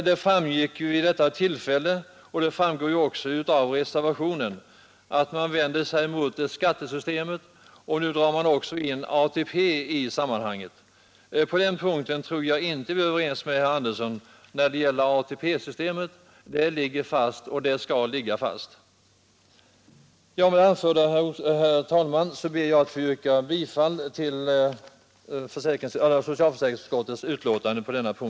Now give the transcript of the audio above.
Det framgick av hans anförande och det framgår också av reservationen att man vänder sig mot skattesystemet och nu också drar in ATP i sammanhanget. I fråga om ATP-systemet tror jag inte att vi kan vara överens med herr Andersson. Det ligger fast och skall också ligga fast. Med det anförda ber jag, herr talman, att få yrka bifall till socialförsäkringsutskottets hemställan.